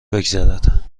بگذرد